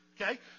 Okay